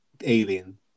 Alien